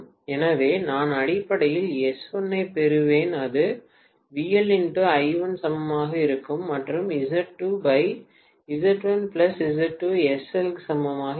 எனவே நான் அடிப்படையில் S1 ஐப் பெறுவேன் அது சமமாக இருக்கும் மற்றும் சமமாக இருக்கும்